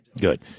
Good